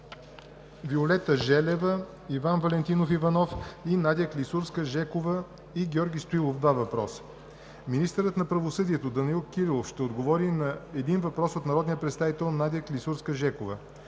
Виолета Желева; Иван Валентинов Иванов; и Надя Клисурска и Георги Стоилов – два въпроса. 6. Министърът на правосъдието Данаил Кирилов ще отговори на един въпрос от народния представител Надя Клисурска.